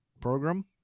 program